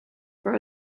for